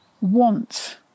want